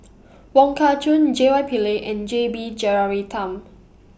Wong Kah Chun J Y Pillay and J B Jeyaretnam